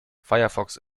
firefox